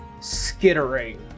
skittering